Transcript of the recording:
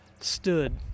stood